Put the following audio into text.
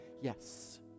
yes